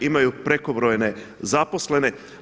Imaju prekobrojne zaposlene.